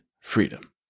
freedom